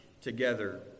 together